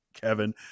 Kevin